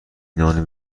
نان